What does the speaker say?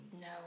No